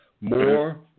more